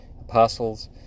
apostles